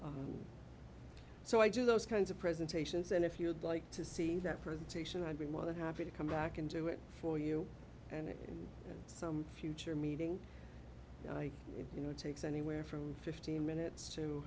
dollars so i do those kinds of presentations and if you would like to see that presentation i'd be more than happy to come back and do it for you and in some future meeting you know takes anywhere from fifteen minutes to